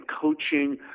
coaching